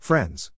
Friends